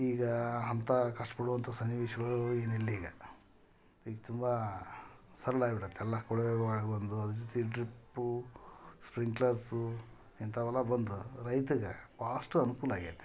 ಈಗ ಅಂತ ಕಷ್ಟ ಪಡುವಂತ ಸನ್ನಿವೇಶಗಳು ಏನಿಲ್ಲ ಈಗ ಈಗ ತುಂಬ ಸರಳ ಆಗ್ಬಿಟೈತೆ ಎಲ್ಲ ಕೊಳವೆ ಬಾವಿಗಳು ಬಂದು ಅದ್ರ ಜೊತಿಗೆ ಡ್ರಿಪ್ಪೂ ಸ್ಪ್ರಿಂಕ್ಲರ್ಸು ಇಂಥವೆಲ್ಲ ಬಂದು ರೈತಗೆ ಭಾಳಷ್ಟು ಅನುಕೂಲ ಆಗೈತೆ